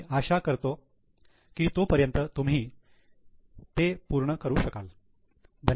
मी आशा करतो की तोपर्यंत तुम्ही ही ते पूर्ण करू शकाल